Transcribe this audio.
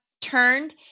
turned